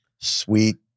sweet